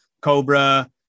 Cobra